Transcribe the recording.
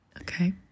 okay